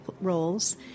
roles